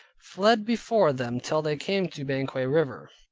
fled before them till they came to banquang river,